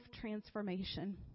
transformation